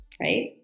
right